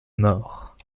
mort